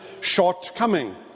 shortcoming